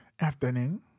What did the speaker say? afternoon